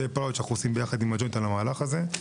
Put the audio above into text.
זה פעולות שאנחנו עושים יחד עם הג'וינט על המהלך הזה.